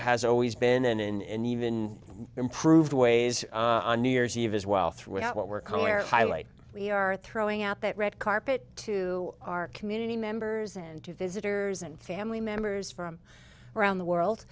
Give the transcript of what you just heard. has always been and and even improved ways on new year's eve as well throughout what we're color highlight we are throwing out that red carpet to our community members and to visitors and family members from around the world